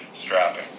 strapping